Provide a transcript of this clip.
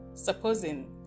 supposing